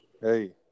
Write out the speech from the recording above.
Hey